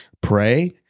pray